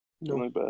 No